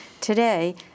Today